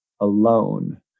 alone